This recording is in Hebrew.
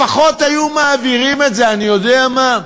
לפחות היו מעבירים את זה, אני יודע מה,